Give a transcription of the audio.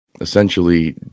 essentially